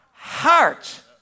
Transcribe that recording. Heart